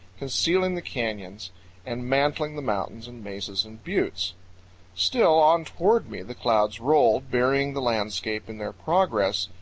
concealing the canyons and mantling the mountains and mesas and buttes still on toward me the clouds rolled, burying the landscape in their progress,